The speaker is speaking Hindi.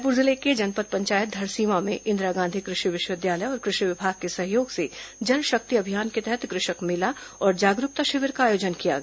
रायपुर जिले के जनपद पंचायत धरसींवा में इंदिरा गांधी कृषि विश्वविद्यालय और कृषि विभाग के सहयोग से जल शक्ति अभियान के तहत कृषक मेला और जागरूकता शिविर का आयोजन किया गया